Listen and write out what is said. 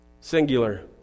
Singular